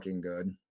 good